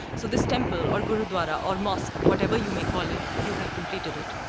so this temple, or gurudwara, or mosque, whatever you may call it, you have completed it.